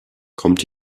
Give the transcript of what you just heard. kommt